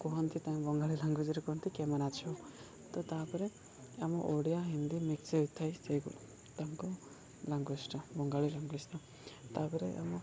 କୁହନ୍ତି ତା ବଙ୍ଗାଳୀ ଲାଙ୍ଗୁଏଜ୍ରେ କୁହନ୍ତି କେମାନେ ଅଛ ତ ତା'ପରେ ଆମ ଓଡ଼ିଆ ହିନ୍ଦୀ ମିକ୍ସ ହୋଇଥାଏ ସେଇପରି ତାଙ୍କ ଲାଙ୍ଗୁଏଜ୍ଟା ବଙ୍ଗାଳୀ ଲାଙ୍ଗୁଏଜ୍ଟା ତା'ପରେ ଆମ